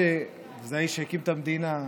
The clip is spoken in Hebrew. וזה האיש שהקים את המדינה,